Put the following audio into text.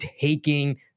taking